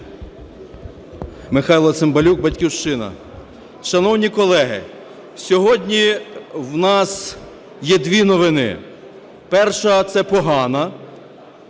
Михайло Цимбалюк, "Батьківщина". Шановні колеги! Сьогодні у нас є дві новини. Перша, це погана,